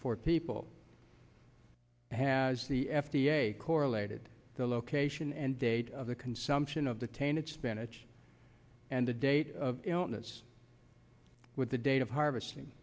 forty people has the f d a correlated the location and date of the consumption of the tainted spinach and the date of illness with the date of harvesting